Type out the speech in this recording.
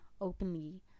openly